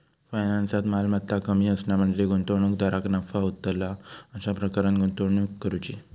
फायनान्सात, मालमत्ता कमी असणा म्हणजे गुंतवणूकदाराक नफा होतला अशा प्रकारान गुंतवणूक करुची